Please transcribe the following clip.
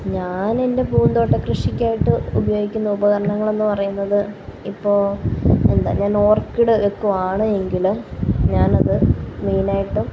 ഞാനെന്റെ പൂന്തോട്ട കൃഷിക്കായിട്ട് ഉപയോഗിക്കുന്ന ഉപകരണങ്ങളെന്ന് പറയുന്നത് ഇപ്പോൾ എന്താ ഞാന് ഓര്ക്കിഡ് വെക്കുവാണ് എങ്കില് ഞാനത് മെയിനായിട്ടും